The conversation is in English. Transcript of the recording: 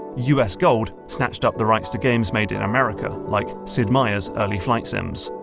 us gold snatched up the rights to games made in america, like sid meier's early flight sims.